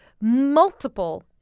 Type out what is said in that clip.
multiple